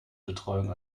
betreuung